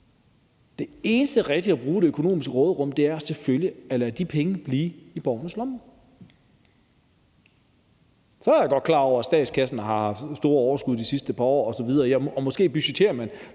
Det eneste rigtige at bruge det økonomiske råderum til er selvfølgelig at lade de penge blive i borgernes lommer. Jeg er godt klar over, at man har haft store overskud i statskassen de sidste par år, og måske budgetterer man